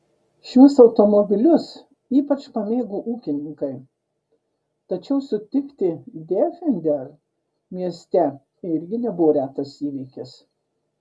šiuos automobilius ypač pamėgo ūkininkai tačiau sutikti defender mieste irgi nebuvo retas įvykis